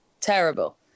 terrible